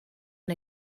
and